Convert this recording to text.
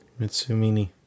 Mitsumini